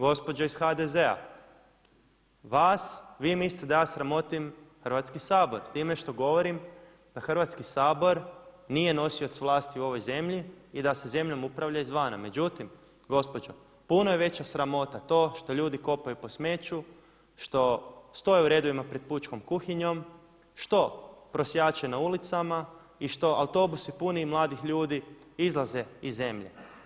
Gospođo uz HDZ-a vas, vi mislite da ja sramotim Hrvatski sabor time što govorim da Hrvatski sabor nije nosioc vlasti u ovoj zemlji i da se zemljom upravlja izvana, međutim gospođo, puno je veća sramota to što ljudi kopaju po smeću, što stoje u redovima pred pučkom kuhinjom, što prosjače na ulicama i što autobusi puni mladih ljudi izlaze iz zemlje.